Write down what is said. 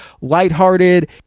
lighthearted